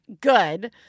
good